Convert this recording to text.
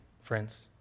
friends